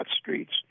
streets